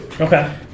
Okay